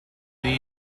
lee